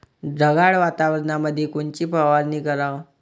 ढगाळ वातावरणामंदी कोनची फवारनी कराव?